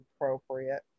appropriate